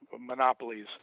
monopolies –